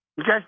Okay